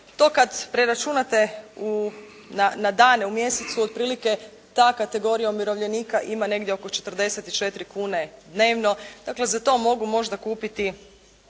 To kada preračunate na dane u mjesecu, otprilike ta kategorija umirovljenika ima negdje oko 44 kune dnevno, dakle, za to mogu možda kupiti